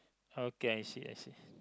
okay I see I see